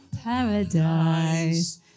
Paradise